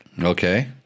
Okay